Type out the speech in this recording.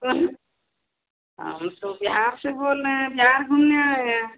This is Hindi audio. कोन हम तो बिहार से बोल रहे है बिहार घूमने आए है